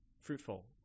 fruitful